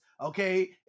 okay